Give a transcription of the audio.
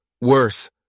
Worse